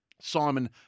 Simon